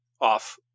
off